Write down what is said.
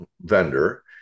vendor